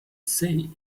say